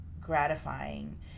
gratifying